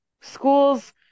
Schools